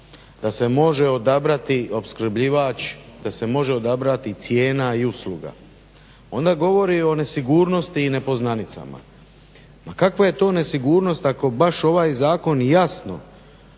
da se može odabrati opskrbljivač, da se može odabrati cijena i usluga. Ona govori o nesigurnosti i nepoznanicama. Ma kakva je to nesigurnost ako baš ovaj Zakon jasno